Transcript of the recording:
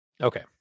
Okay